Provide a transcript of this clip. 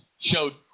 showed